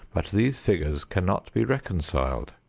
but these figures cannot be reconciled.